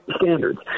standards